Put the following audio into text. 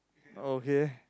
okay